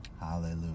Hallelujah